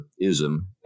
ism